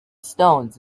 stones